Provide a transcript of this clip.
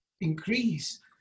increase